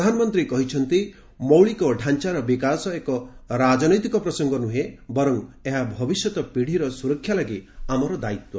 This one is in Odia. ପ୍ରଧାନମନ୍ତ୍ରୀ କହିଛନ୍ତି ମୌଳିକତାଞ୍ଚାର ବିକାଶ ଏକ ରାଜନୈତିକ ପ୍ରସଙ୍ଗ ନୁହେଁ ବରଂ ଏହା ଭବିଷ୍ୟତ ପିଢ଼ିର ସୁରକ୍ଷା ଲାଗି ଆମର ଦାୟିତ୍ୱ